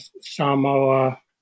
Samoa